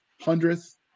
hundredth